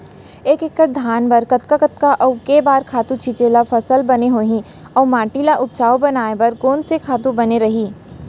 एक एक्कड़ धान बर कतका कतका अऊ के बार खातू छिंचे त फसल बने होही अऊ माटी ल उपजाऊ बनाए बर कोन से खातू बने रही?